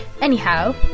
Anyhow